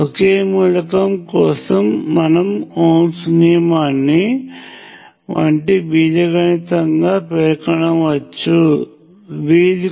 ఒకే మూలకం కోసం మనము ఓమ్స్ నియమాన్ని వంటి బీజగణితంగా పేర్కొనవచ్చని చూశాము